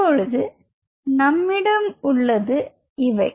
இப்பொழுது நம்மிடம் உள்ளது இவை